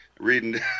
Reading